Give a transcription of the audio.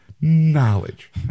knowledge